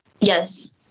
Yes